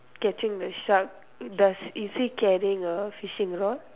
catching the shark does is he carrying a fishing rod